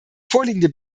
vorliegende